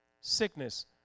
Sickness